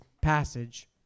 passage